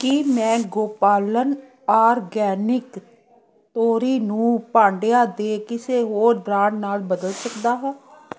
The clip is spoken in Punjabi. ਕੀ ਮੈਂ ਗੋਪਾਲਨ ਆਰਗੈਨਿਕ ਤੋਰੀ ਨੂੰ ਭਾਂਡਿਆਂ ਦੇ ਕਿਸੇ ਹੋਰ ਬ੍ਰਾਂਡ ਨਾਲ ਬਦਲ ਸਕਦਾ ਹਾਂ